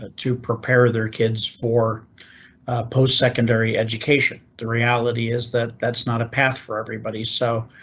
ah to prepare their kids for post secondary education. the reality is that that's not a path for everybody, so